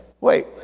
wait